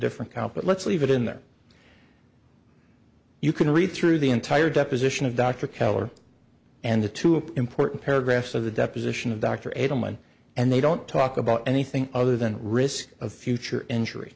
different count but let's leave it in there you can read through the entire deposition of dr keller and the two of important paragraphs of the deposition of dr adelman and they don't talk about anything other than risk of future injury